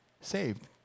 saved